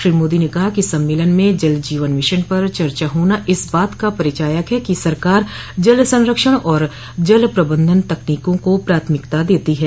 श्री मोदी ने कहा कि सम्मेलन में जल जीवन मिशन पर चर्चा होना इस बात का परिचायक है कि सरकार जल संरक्षण और जल प्रबंधन तकनीकों को प्राथमिकता देती है